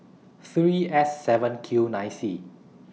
three S seven Q nine C